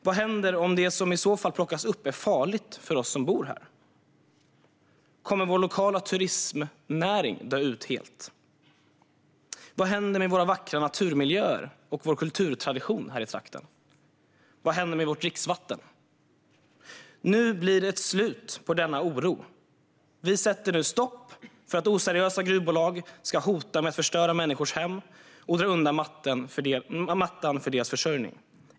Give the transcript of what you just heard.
Vad händer om det som i så fall plockas upp är farligt för oss som bor här? Kommer vår lokala turistnäring att helt dö ut? Vad händer med våra vackra naturmiljöer och vår kulturtradition här i trakten? Vad händer med vårt dricksvatten? Nu blir det slut på denna oro. Vi sätter stopp för att oseriösa gruvbolag ska hota med att förstöra människors hem och dra undan mattan för deras försörjning.